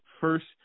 first